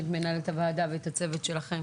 את מנהלת הוועדה ואת הצוות שלכם,